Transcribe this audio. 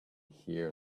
here